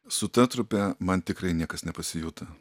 su ta trupe man tikrai niekas nepasijuto